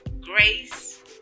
grace